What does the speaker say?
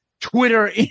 Twitter